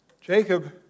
Jacob